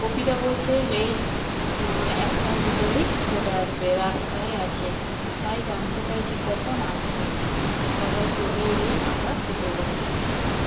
গোপীদা বলছে এই একটার ভিতরেই চলে আসবে রাস্তায় আছে তাই জানতে চাইছি কখন আসবে সবাই চলে এলেই আমরা খেতে বসব